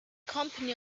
company